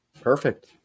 Perfect